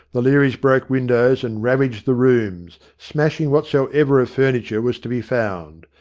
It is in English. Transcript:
the learys broke windows and ravaged the rooms, smashing what soever of furniture was to be found.